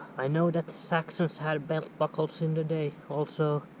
i know that the saxons had belt buckles in the day also